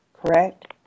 correct